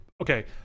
okay